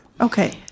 Okay